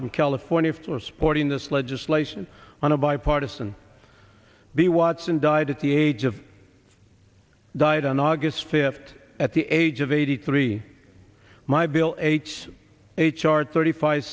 from california for supporting this legislation on a bipartisan the watson died at the age of died on august fifth at the age of eighty three my bill h h r thirty five